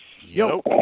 Yo